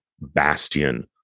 bastion